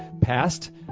Past